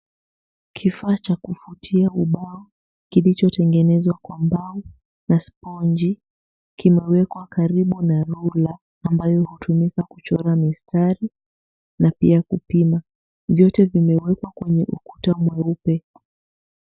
Kifaa cha kufutia ubao kilichotengenezwa kwa mbao na sponji kimewekwa karibu na rula ambayo inatumika kuchora mistari na pia kupima vyote vimewekwa kwenye ukuta mweupe.